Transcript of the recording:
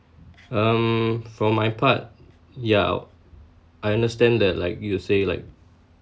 um from my part yeah I understand that like you say like